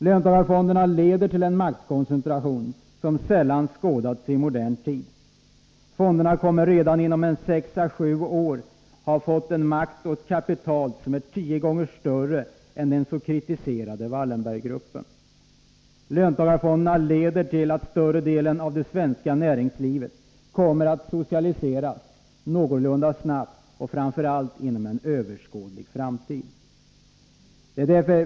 Löntagarfonderna leder till en maktkoncentration som sällan skådats i modern tid. Löntagarfonderna kommer redan inom sex å sju år att ha ett kapital som är tio gånger större än den så kritiserade Wallenberggruppen. Löntagarfonderna leder till att större delen av det svenska näringslivet kommer att socialiseras någorlunda snabbt och framför allt inom en överskådlig framtid.